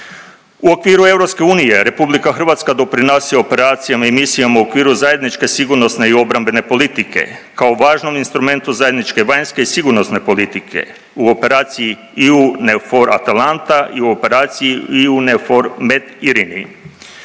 U okviru EU RH doprinosi operacijama i misijama u okviru zajedničke sigurnosne i obrambene politike, kao važan instrumentu zajedničke i sigurnosne politike u operaciji EUNAVFOR–ATALANTA i u operaciji EUNAVFOR MED IRINI.